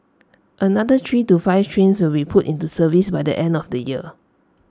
another three to five trains will be put into service by the end of the year